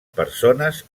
persones